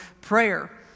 Prayer